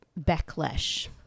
backlash